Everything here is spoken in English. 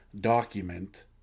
document